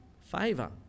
favour